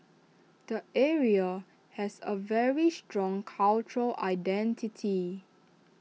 the area has A very strong cultural identity